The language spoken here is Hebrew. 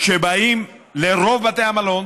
שבאים לרוב בתי המלון